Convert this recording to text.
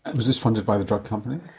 ah was this funded by the drug company?